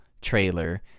trailer